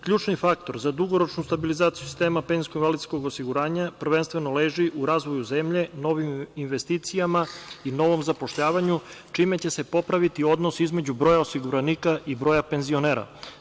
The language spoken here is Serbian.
Ključni faktor za dugoročnu stabilizaciju sistema penzijskog invalidskog osiguranja prvenstveno leži u razvoju zemlje, novim investicijama i novom zapošljavanju, čime će se popraviti odnos između broja osiguranika i broja penzionera.